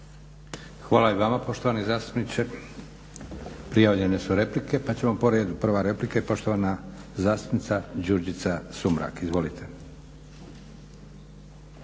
Hvala i vama poštovani zastupniče. Prijavljene su replike pa ćemo po redu. Prva replika i poštovana zastupnica Đurđica Sumrak, izvolite.